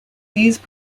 these